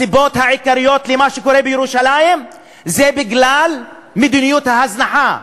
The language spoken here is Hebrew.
הסיבות העיקריות למה שקורה בירושלים הן מדיניות ההזנחה,